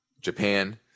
Japan